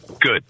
good